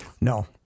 No